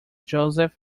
joseph